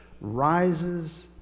rises